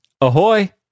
Ahoy